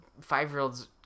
five-year-olds